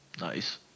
Nice